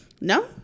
no